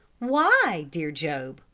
why? dear job,